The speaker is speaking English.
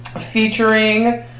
featuring